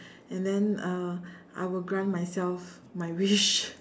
and then I will I will grant myself my wish